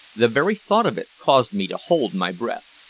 the very thought of it caused me to hold my breath.